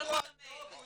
שלחו את המייל.